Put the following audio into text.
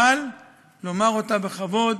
אבל לומר אותה בכבוד,